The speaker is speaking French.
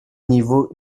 niveau